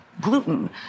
gluten